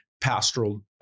pastoral